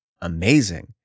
amazing